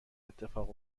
اتفاق